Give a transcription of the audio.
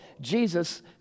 Jesus